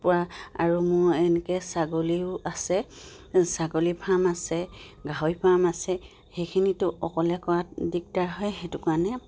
পৰা আৰু মোৰ এনেকৈ ছাগলীও আছে ছাগলী ফাৰ্ম আছে গাহৰি ফাৰ্ম আছে সেইখিনিতো অকলে কৰাত দিগদাৰ হয় সেইটো কাৰণে